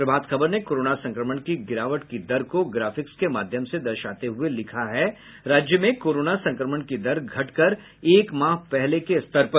प्रभात खबर ने कोरोना संक्रमण की गिरावट की दर को ग्राफिक्स के माध्यम से दशार्ते हुये लिखा है राज्य में कोरोना संक्रमण की दर घट कर एक माह पहले के स्तर पर